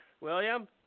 William